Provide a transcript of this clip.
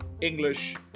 English